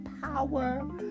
power